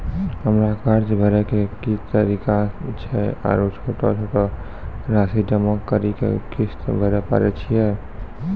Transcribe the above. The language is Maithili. हमरा कर्ज भरे के की तरीका छै आरू छोटो छोटो रासि जमा करि के किस्त भरे पारे छियै?